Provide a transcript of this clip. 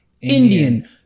Indian